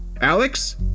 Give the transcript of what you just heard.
Alex